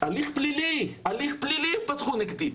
הליך פלילי, הליך פלילי הם פתחו נגדי.